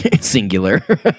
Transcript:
Singular